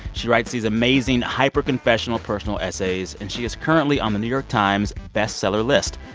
she writes these amazing, hyperconfessional personal essays, and she is currently on the new york times best-seller list.